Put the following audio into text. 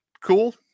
Cool